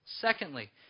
Secondly